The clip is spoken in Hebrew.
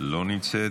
אינה נוכחת,